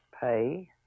pay